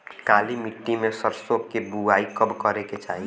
काली मिट्टी में सरसों के बुआई कब करे के चाही?